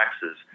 taxes